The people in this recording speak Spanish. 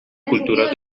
culturas